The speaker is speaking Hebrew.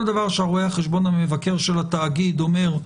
כל דבר שרואה החשבון המבקר של התאגיד אומר,